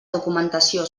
documentació